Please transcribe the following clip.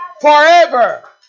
Forever